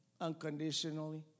unconditionally